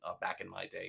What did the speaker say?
back-in-my-day